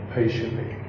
patiently